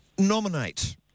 Nominate